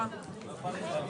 אנחנו נצביע על זה.